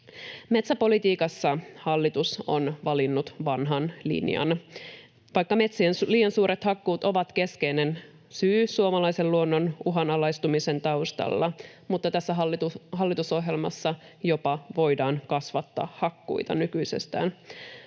Metsäpolitiikassa hallitus on valinnut vanhan linjan, vaikka metsien liian suuret hakkuut ovat keskeinen syy suomalaisen luonnon uhanalaistumisen taustalla, mutta tässä hallitusohjelmassa voidaan jopa kasvattaa hakkuita nykyisestään.